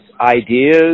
ideas